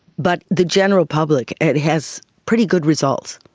but the general public, it has pretty good results.